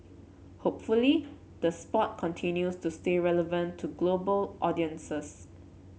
hopefully the sport continues to stay relevant to global audiences